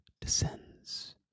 descends